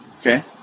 Okay